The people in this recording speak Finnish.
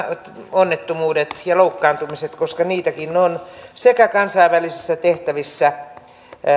onnettomuudet ja loukkaantumiset koska niitäkin on samoin kansainvälisissä tehtävissä